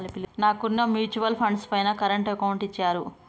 నాకున్న mutual funds పైన current account ఇచ్చారు